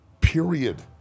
period